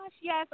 yes